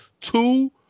two